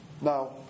Now